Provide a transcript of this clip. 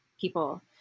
people